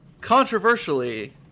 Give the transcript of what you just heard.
controversially